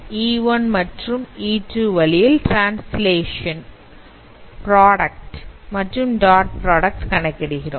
கணக்கிடுகையில் ஒவ்வொரு data point க்கும் e1 மற்றும் e2 வழியில் ட்ரான்ஸ்லேஷன் ப்ராடக்ட் மற்றும் டாட் ப்ராடக்ட் கணக்கிடுகிறோம்